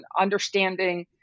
understanding